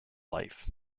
life